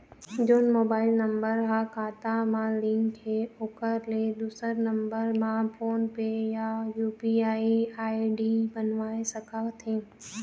जोन mobile number हा खाता मा लिन्क हे ओकर ले दुसर नंबर मा फोन पे या यू.पी.आई आई.डी बनवाए सका थे?